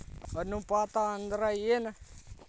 ಅನುಪಾತ ಅಂದ್ರ ಏನ್?